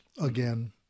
again